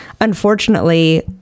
unfortunately